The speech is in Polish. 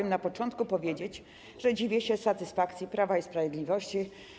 Chciałabym na początku powiedzieć, że dziwię się satysfakcji Prawa i Sprawiedliwości.